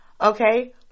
Okay